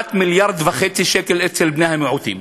לעומת 1.5 מיליארד שקל אצל בני-המיעוטים.